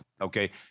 okay